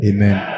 Amen